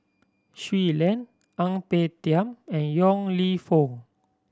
Shui Lan Ang Peng Tiam and Yong Lew Foong